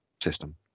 system